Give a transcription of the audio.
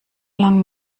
lang